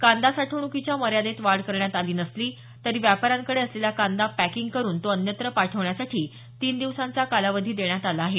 कांदा साठवणुकीच्या मर्यादेत वाढ करण्यात आली नसली तरी व्यापाऱ्यांकडे असलेला कांदा पॅकिंग करून तो अन्यत्र पाठवण्यासाठी तीन दिवसांचा कालावधी देण्यात आला आहे